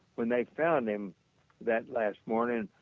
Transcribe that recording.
when they found him that last morning,